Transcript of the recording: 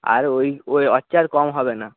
আর ওই ওর চেয়ে আর কম হবে না